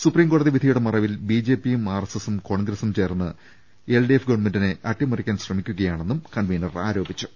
സുപ്രീംകോടതി വിധിയുടെ മറവിൽ ബിജെപിയും ആർഎസ് എസും കോൺഗ്രസും ചേർന്ന് ഗവൺമെന്റിനെ അട്ടിമറിക്കാൻ ശ്രമി ക്കുകയാണെന്നും എൽഡിഎഫ് കൺവീനർ ആരോപിച്ചു